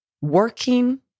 working